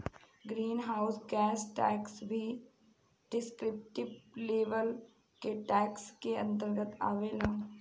green house gas tax भी descriptive level के tax के अंतर्गत आवेला